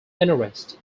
interest